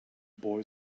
boy